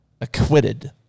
acquitted